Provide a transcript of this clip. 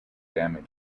danger